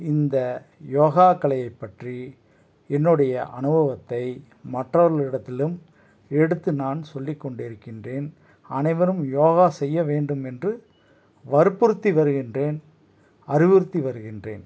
இந்த யோகா கலையை பற்றி என்னுடைய அனுபவத்தை மற்றவர்களிடத்திலும் எடுத்து நான் சொல்லிக் கொண்டிருக்கின்றேன் அனைவரும் யோகா செய்ய வேண்டுமென்று வற்புறுத்தி வருகின்றேன் அறிவுறுத்தி வருகின்றேன்